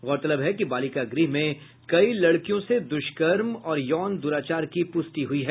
गौरतलब है कि बालिका गृह में कई लड़कियों से दुष्कर्म और यौन दुराचार की पुष्टि हुई है